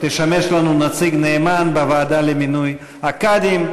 תשמש לנו נציג נאמן בוועדה למינוי הקאדים.